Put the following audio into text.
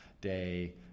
Day